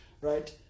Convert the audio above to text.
right